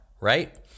right